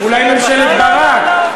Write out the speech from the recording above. אולי ממשלת ברק,